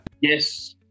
Yes